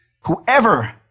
whoever